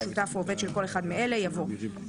שותף או עובד של כל אחד מאלה," יבוא "קרוב